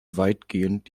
weitgehend